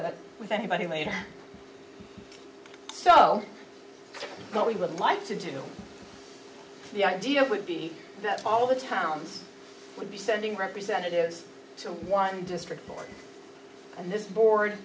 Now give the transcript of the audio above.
that with anybody later so that we would like to do the idea would be that all the towns would be sending representatives to one district court and this board